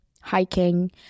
hiking